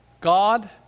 God